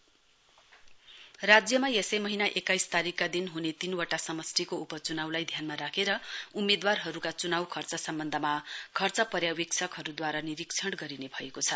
election expenditure राज्यमा यसै महीना एक्काइस तारीकका दिन हुने तीनवटा समष्टिको उपचुनाउलाई ध्यानमा राखेर उम्मेदवार रहरूका चुनाउ खर्च सम्बन्धमा खर्च पर्यावेक्षकहरूद्वारा निरीक्षण गरिने भएको छ